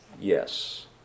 Yes